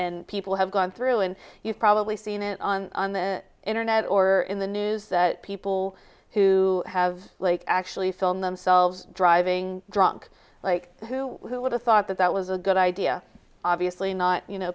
and people have gone through and you've probably seen it on the internet or in the news that people who have actually filmed themselves driving drunk like who would have thought that that was a good idea obviously not you know